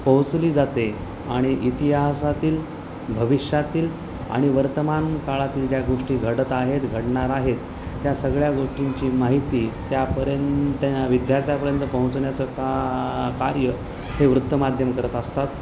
पोहोचली जाते आणि इतिहासातील भविष्यातील आणि वर्तमान काळातील ज्या गोष्टी घडत आहेत घडणार आहेत त्या सगळ्या गोष्टींची माहिती त्यापर्यंत विद्यार्थ्यापर्यंत पोहोचण्याचं का कार्य हे वृत्तमाध्यम करत असतात